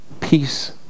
Peace